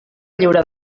lliura